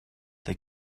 they